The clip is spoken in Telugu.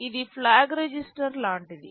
ఇది ఫ్లాగ్ రిజిస్టర్ లాంటిది